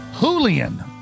Julian